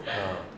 ah